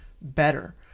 better